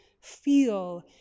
feel